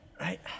Right